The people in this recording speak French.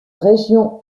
région